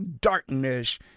darkness